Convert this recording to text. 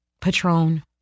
Patron